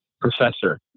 professor